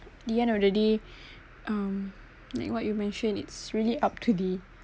the end of the day um like what you mentioned it's really up to the